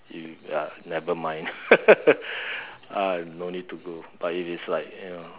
you ya never mind uh no need to go but if it's like you know